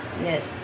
Yes